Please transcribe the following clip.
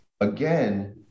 again